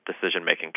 decision-making